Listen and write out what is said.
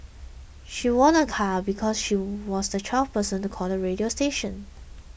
she won a car because she was the twelfth person to call the radio station